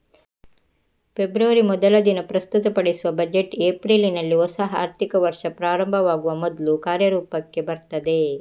February ಮೊದಲ ದಿನ ಪ್ರಸ್ತುತಪಡಿಸುವ ಬಜೆಟ್ ಏಪ್ರಿಲಿನಲ್ಲಿ ಹೊಸ ಆರ್ಥಿಕ ವರ್ಷ ಪ್ರಾರಂಭವಾಗುವ ಮೊದ್ಲು ಕಾರ್ಯರೂಪಕ್ಕೆ ಬರ್ತದೆ